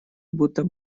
будто